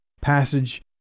passage